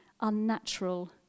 unnatural